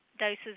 doses